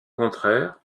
contraire